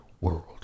World